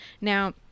Now